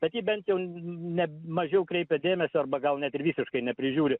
bet ji bent jau ne mažiau kreipia dėmesio arba gal net ir visiškai neprižiūri